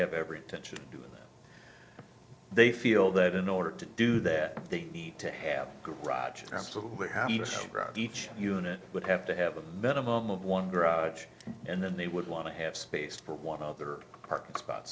have every intention of doing that they feel that in order to do that they need to have a garage an absolute ground each unit would have to have a minimum of one garage and then they would want to have space for one other parking spot